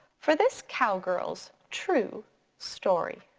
for this cowgirl's true story.